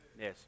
yes